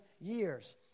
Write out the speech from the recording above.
years